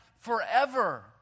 forever